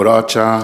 הוראת שעה),